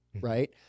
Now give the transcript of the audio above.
right